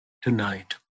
tonight